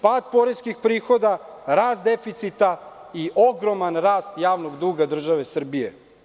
Pad poreskih prihoda, rast deficita i ogroman rast javnog duga države Srbije.